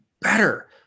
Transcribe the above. better